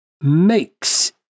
makes